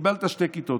קיבלת שתי כיתות.